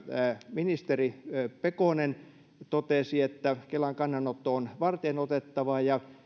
ministeri pekonen totesi että kelan kannanotto on varteenotettava ja